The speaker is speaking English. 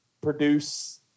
produce